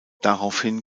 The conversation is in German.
daraufhin